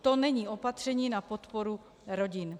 To není opatření na podporu rodin.